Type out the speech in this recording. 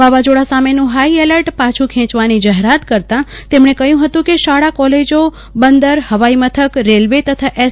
વાવાઝોડા સામેનું high alert પાછું ખેંચવાની જાહેરાત કરતા તેમણે કહ્યું હતું કે શાળા કોલેજો બંદર હવાઇ મથક રેલવે તથા એસ